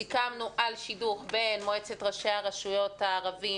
סיכמנו על שידוך בין מועצת ראשי הרשויות הערביות